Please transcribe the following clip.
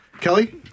Kelly